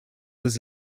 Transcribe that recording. was